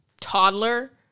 toddler